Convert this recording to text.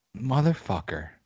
Motherfucker